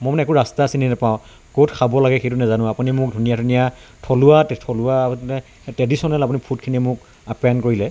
মই মানে একো ৰাস্তা চিনি নাপাওঁ ক'ত খাব লাগে সেইটো নেজানো আপুনি মোক ধুনীয়া ধুনীয়া থলুৱা তে থলুৱা ট্ৰেডিচনেল আপুনি ফুডখিনি মোক আপ্যায়ন কৰিলে